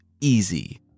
easy